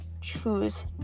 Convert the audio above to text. choose